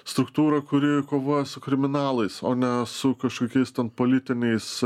struktūra kuri kovoja su kriminalais o ne su kažkokiais politiniais